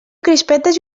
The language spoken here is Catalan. crispetes